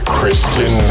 Christian